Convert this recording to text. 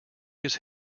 his